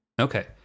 Okay